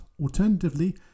Alternatively